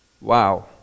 Wow